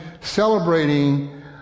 celebrating